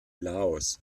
laos